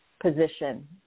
position